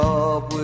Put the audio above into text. up